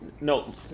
no